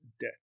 debt